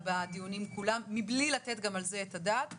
בדיונים כולם מבלי לתת גם על זה את הדעת.